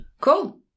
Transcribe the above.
Cool